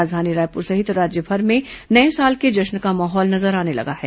राजधानी रायपूर सहित राज्यभर में नए साल के जश्न का माहौल नजर आने लगा है